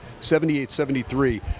78-73